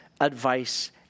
advice